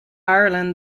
ireland